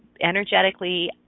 energetically